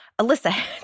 Alyssa